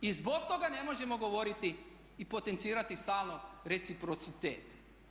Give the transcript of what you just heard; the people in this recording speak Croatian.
I zbog toga ne možemo govoriti i potencirati stalno reciprocitet.